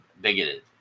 bigoted